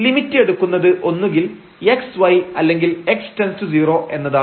limit എടുക്കുന്നത് ഒന്നുകിൽ x y അല്ലെങ്കിൽ x→0 എന്നതാണ്